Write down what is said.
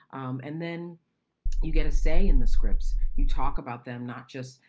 um and then you get a say in the scripts. you talk about them not just,